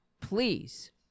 Please